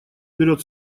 берет